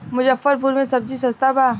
मुजफ्फरपुर में सबजी सस्ता बा